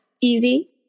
easy